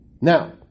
now